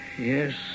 Yes